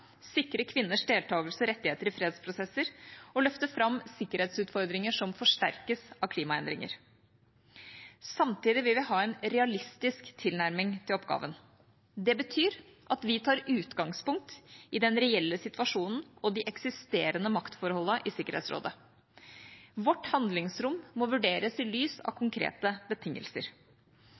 sikre kvinners deltakelse og rettigheter i fredsprosesser og løfte fram sikkerhetsutfordringer som forsterkes av klimaendringer. Samtidig vil vi ha en realistisk tilnærming til oppgaven. Det betyr at vi tar utgangspunkt i den reelle situasjonen og de eksisterende maktforholdene i Sikkerhetsrådet. Vårt handlingsrom må vurderes i lys av konkrete betingelser.